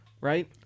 right